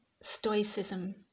stoicism